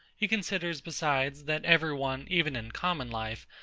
he considers besides, that every one, even in common life,